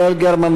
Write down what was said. יעל גרמן,